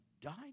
died